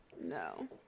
No